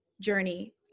journey